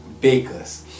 bakers